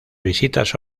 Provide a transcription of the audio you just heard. visitas